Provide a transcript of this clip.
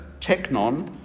technon